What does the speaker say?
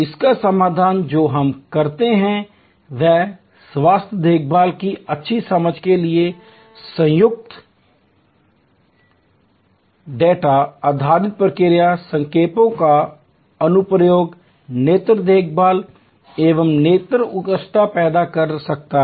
इसका समाधान जो हम करते हैं वह है स्वास्थ्य देखभाल की अच्छी समझ के साथ संयुक्त डेटा आधारित प्रक्रिया संकेतों का अनुप्रयोग नेत्र देखभाल एक सेवा उत्कृष्टता पैदा कर सकता है